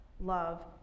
love